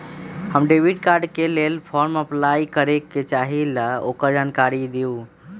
हम debit card के लेल फॉर्म अपलाई करे के चाहीं ल ओकर जानकारी दीउ?